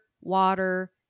water